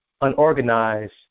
unorganized